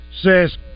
says